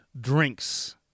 drinks